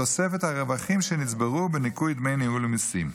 בתוספת הרווחים שנצברו ובניכוי דמי ניהול ומיסים.